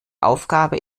aufgabe